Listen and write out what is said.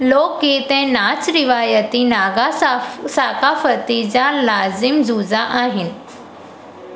लोकगीत ऐं नाचु रिवायती नागा साफ़ सक़ाफ़ति जा लाज़िम जुज़ा आहिनि